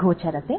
ಗೋಚರತೆ